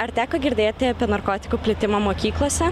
ar teko girdėti apie narkotikų plitimą mokyklose